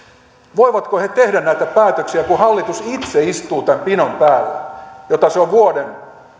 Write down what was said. voivatko he tehdä näitä päätöksiä kun hallitus itse istuu tämän pinon päällä jota se on vuoden